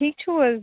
ٹھیٖک چھوحظ